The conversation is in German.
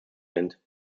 sind